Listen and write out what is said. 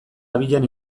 abian